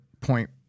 point